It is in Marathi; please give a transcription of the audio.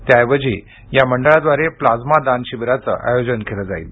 त्याऐवजी या मंडळाद्वारे प्लाज्मा दान शिबिराचं आयोजन केलं जाईल